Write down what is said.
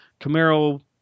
Camaro